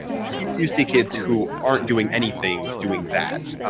you see kids who aren't doing anything doing that.